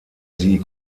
sie